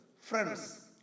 friends